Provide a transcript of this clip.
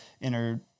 inner